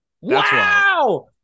Wow